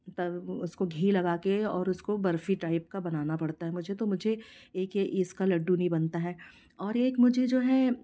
उसको घी लगा के और उसको बर्फी टाइप का बनाना पड़ता है मुझे तो मुझे एक ये इसका लड्डू नहीं बनता है और एक मुझे जो है